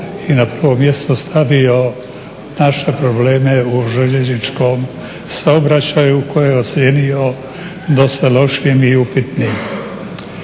i na prvo mjesto stavio naše probleme u željezničkom saobraćaju koje je ocijenio dosta lošim i upitnim.